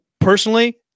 Personally